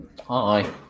Hi